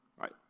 right